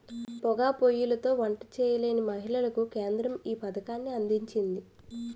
పోగా పోయ్యిలతో వంట చేయలేని మహిళలకు కేంద్రం ఈ పథకాన్ని అందించింది